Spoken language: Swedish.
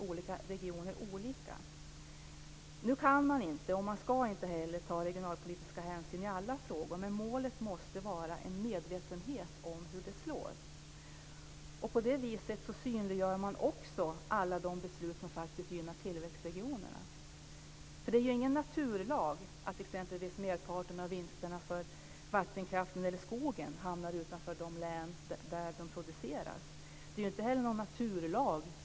Man kan t.o.m. läsa i ESO rapporter att 73 miljarder kronor går till regionalpolitiken. Man får uppfattningen att de pengarna ramlar in och gör varenda norrlänning rik.